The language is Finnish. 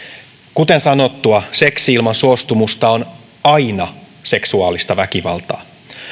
kuten sanottua seksi ilman suostumusta on aina seksuaalista väkivaltaa